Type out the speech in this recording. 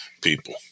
people